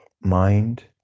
mind